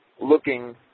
looking